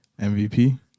MVP